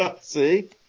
See